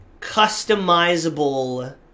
Customizable